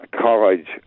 college